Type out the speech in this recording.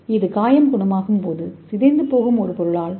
இது காயம் குணமாகும்போது உடைந்துபோகும் ஒரு பொருளால் ஆனது